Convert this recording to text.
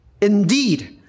Indeed